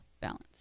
balance